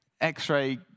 X-ray